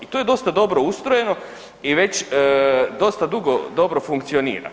I to je dosta dobro ustrojeno i već dosta dugo dobro funkcionira.